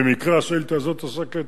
במקרה, השאילתא הזאת עוסקת